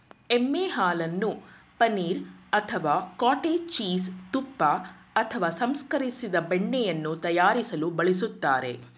ಎಮ್ಮೆ ಹಾಲನ್ನು ಪನೀರ್ ಅಥವಾ ಕಾಟೇಜ್ ಚೀಸ್ ತುಪ್ಪ ಅಥವಾ ಸಂಸ್ಕರಿಸಿದ ಬೆಣ್ಣೆಯನ್ನು ತಯಾರಿಸಲು ಬಳಸ್ತಾರೆ